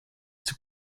zur